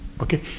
Okay